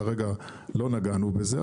כרגע לא נגענו בזה,